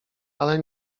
ale